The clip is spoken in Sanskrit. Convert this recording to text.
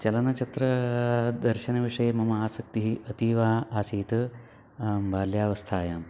चलनचित्रदर्शनविषये मम आसक्तिः अतीव आसीत् बाल्यावस्थायाम्